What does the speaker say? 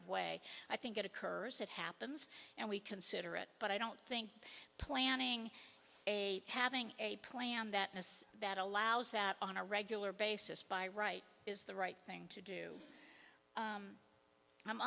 of way i think it occurs it happens and we consider it but i don't think planning a having a plan that most that allows that on a regular basis by right is the right thing to do